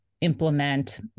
implement